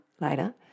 later